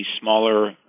smaller